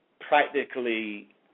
practically